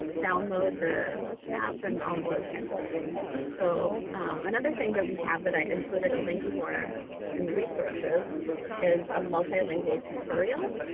download the app and all of those kinds of things. so another thing that we have that i included a link for in the resources is a multilingual tutorial.